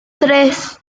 tres